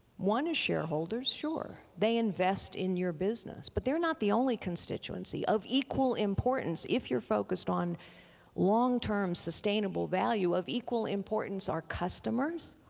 one is shareholders, sure, they invest in your business, but they're not the only constituency. of equal importance, if you're focused on long-term sustainable value, of equal importance are customers.